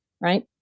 right